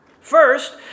First